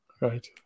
Right